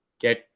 get